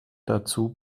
dazu